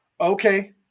okay